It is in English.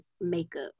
makeup